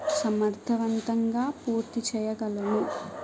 సమర్ధవంతంగా పూర్తి చెయ్యగలను